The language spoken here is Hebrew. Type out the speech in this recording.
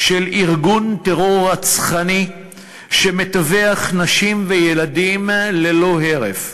של ארגון טרור רצחני שמטווח נשים וילדים ללא הרף.